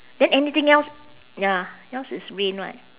then anything else ya yours is rain right